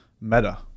Meta